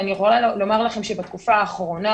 ואני יכולה לומר לכם שבתקופה האחרונה,